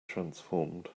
transformed